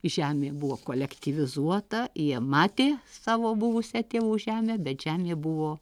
žemė buvo kolektyvizuota jie matė savo buvusią tėvų žemę bet žemė buvo